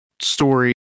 story